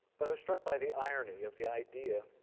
but i was struck by the irony of the idea,